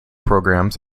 programs